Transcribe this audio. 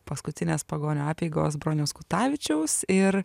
paskutinės pagonių apeigos broniaus kutavičiaus ir